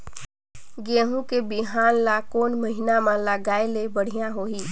गहूं के बिहान ल कोने महीना म लगाय ले बढ़िया होही?